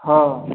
हँ